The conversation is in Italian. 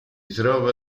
trova